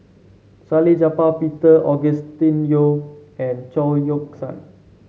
Salleh Japar Peter Augustine Yo and Chao Yoke San